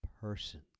person